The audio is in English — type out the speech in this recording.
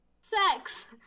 Sex